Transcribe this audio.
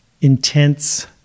intense